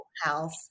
house